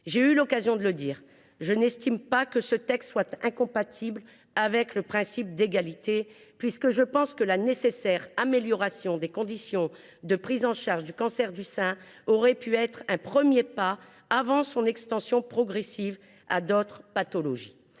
J’ai eu l’occasion de le dire, je n’estime pas que ce texte soit incompatible avec le principe d’égalité, puisque je pense que la nécessaire amélioration des conditions de prise en charge du cancer du sein aurait pu constituer un premier pas avant l’extension progressive du dispositif à d’autres pathologies.